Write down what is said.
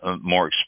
more